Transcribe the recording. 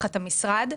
המשרד.